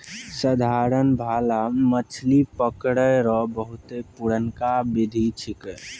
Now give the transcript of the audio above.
साधारण भाला मछली पकड़ै रो बहुते पुरनका बिधि छिकै